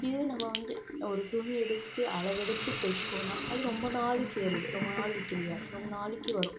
இதே நம்ம வந்து நம்ம ஒரு துணி எடுத்து அளவெடுத்து தைச்சோன்னா அது ரொம்ப நாளைக்கு வருது ரொம்ப நாள் கிழியாது ரொம்ப நாளைக்கு வரும்